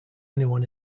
anyone